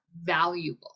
valuable